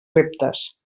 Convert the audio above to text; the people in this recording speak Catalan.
reptes